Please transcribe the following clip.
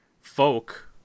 folk